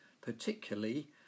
particularly